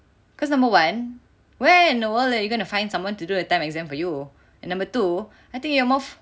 because number one where in the world are you gonna find someone to do that time exam for you and number two I think you are more